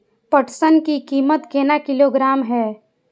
पटसन की कीमत केना किलोग्राम हय?